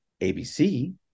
ABC